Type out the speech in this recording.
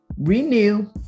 renew